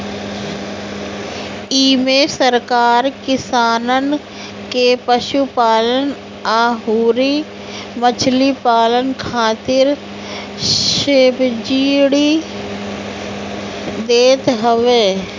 इमे सरकार किसानन के पशुपालन अउरी मछरी पालन खातिर सब्सिडी देत हवे